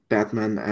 Batman